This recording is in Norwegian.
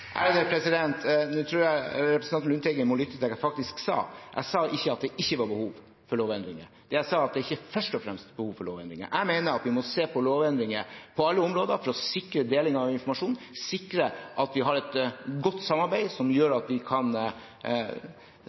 Nå tror jeg representanten Lundteigen må lytte til det jeg faktisk sa. Jeg sa ikke at det ikke var behov for lovendringer. Det jeg sa, var at det er ikke først og fremst behov for lovendringer. Jeg mener at vi må se på lovendringer på alle områder for å sikre deling av informasjon, sikre at vi har et godt samarbeid som gjør at vi kan